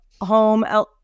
home